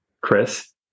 Chris